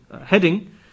heading